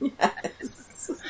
Yes